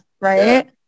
right